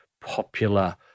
popular